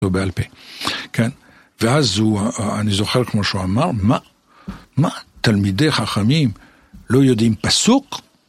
בעל פה, כן, ואז אני זוכר כמו שהוא אמר, מה מה תלמידי חכמים לא יודעים פסוק?